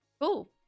Cool